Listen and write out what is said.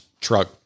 truck